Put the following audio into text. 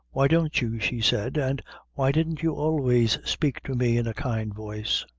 why don't you, she said and why didn't you always spake to me in a kind voice?